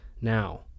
now